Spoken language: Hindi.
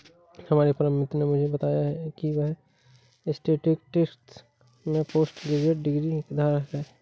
हमारे परम मित्र ने मुझे बताया की वह स्टेटिस्टिक्स में पोस्ट ग्रेजुएशन डिग्री धारक है